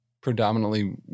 predominantly